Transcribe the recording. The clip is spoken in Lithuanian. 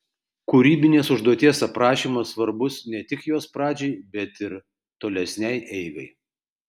kūrybinės užduoties aprašymas svarbus ne tik jos pradžiai bet ir tolesnei eigai